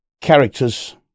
characters